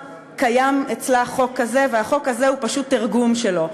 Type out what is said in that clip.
קיים אצלה חוק כזה, והחוק הזה הוא פשוט תרגום שלו.